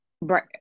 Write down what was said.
right